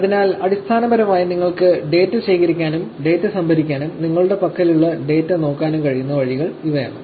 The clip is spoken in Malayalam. അതിനാൽ അടിസ്ഥാനപരമായി നിങ്ങൾക്ക് ഡാറ്റ ശേഖരിക്കാനും ഡാറ്റ സംഭരിക്കാനും നിങ്ങളുടെ പക്കലുള്ള ഡാറ്റ നോക്കാനും കഴിയുന്ന വഴികൾ ഇവയാണ്